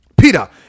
Peter